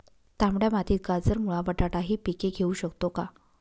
तांबड्या मातीत गाजर, मुळा, बटाटा हि पिके घेऊ शकतो का?